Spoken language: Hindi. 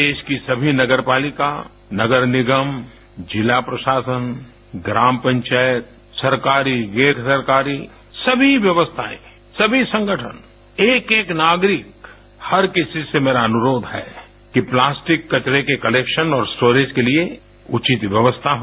देश की सभी नगर पालिका नगर निगम जिला प्रशासन ग्राम पंचायत सरकारी गैर सरकारी सभी व्यवस्थाएं सभी संगठन एक एक नागरिक हर किसी से मेरा अनुरोध है कि प्लास्टिक कचरे के कलेक्शन और स्टोरेज के लिए उचित व्यवस्था हो